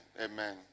Amen